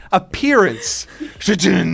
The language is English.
appearance